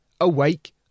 Awake